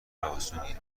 اسونیه